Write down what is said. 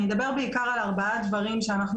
אני אדבר בעיקר על ארבעה דברים שאנחנו